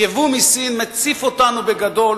יבוא מסין מציף אותנו בגדול,